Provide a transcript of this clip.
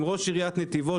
עם ראש עיריית נתיבות,